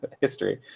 History